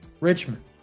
richmond